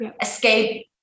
escape